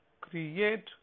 create